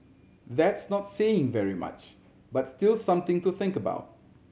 that's not saying very much but still something to think about